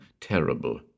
terrible